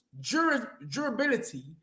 durability